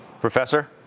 Professor